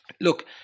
look